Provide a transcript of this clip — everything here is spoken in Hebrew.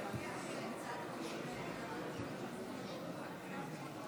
תוצאות ההצבעה על הצעת חוק ייצוג הולם